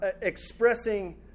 expressing